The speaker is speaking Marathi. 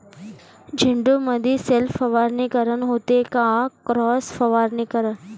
झेंडूमंदी सेल्फ परागीकरन होते का क्रॉस परागीकरन?